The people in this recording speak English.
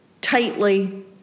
tightly